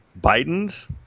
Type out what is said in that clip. biden's